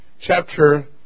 chapter